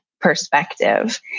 perspective